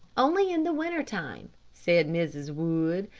only in the winter time, said mrs. wood.